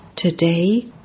Today